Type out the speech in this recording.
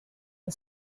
the